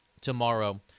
tomorrow